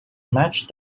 match